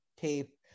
tape